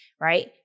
Right